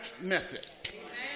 method